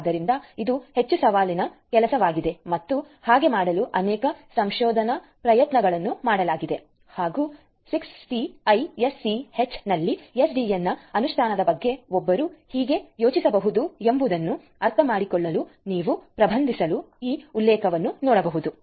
ಆದ್ದರಿಂದ ಇದು ಹೆಚ್ಚು ಸವಾಲಿನ ಕೆಲಸವಾಗಿದೆ ಮತ್ತು ಹಾಗೆ ಮಾಡಲು ಅನೇಕ ಸಂಶೋಧನಾ ಪ್ರಯತ್ನಗಳನ್ನು ಮಾಡಲಾಗಿದೆ ಹಾಗೂ 6TiSCH ನಲ್ಲಿ ಎಸ್ಡಿಎನ್ ಅನುಷ್ಠಾನದ ಬಗ್ಗೆ ಒಬ್ಬರು ಹೇಗೆ ಯೋಚಿಸಬಹುದು ಎಂಬುದನ್ನು ಅರ್ಥಮಾಡಿಕೊಳ್ಳಲು ನೀವು ಪ್ರಾರಂಭಿಸಲು ಈ ಉಲ್ಲೇಖವನ್ನು ನೋಡಬಹುದು